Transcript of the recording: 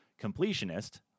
completionist